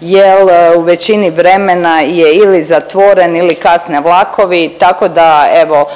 jel u većini vremena je ili zatvoren ili kasne vlakovi, tako da evo